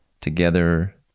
together